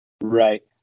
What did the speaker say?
Right